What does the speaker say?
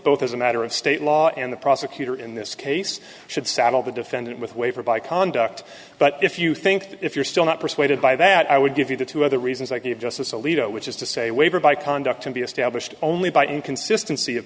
both is a matter of state law and the prosecutor in this case should saddle the defendant with waiver by conduct but if you think that if you're still not persuaded by that i would give you two other reasons like the of justice alito which is to say waiver by conduct to be established only by inconsistency of